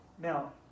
now